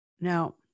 Now